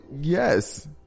Yes